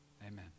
Amen